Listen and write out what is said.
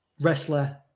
wrestler